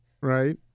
Right